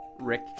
Rick